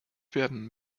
werden